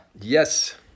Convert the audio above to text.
yes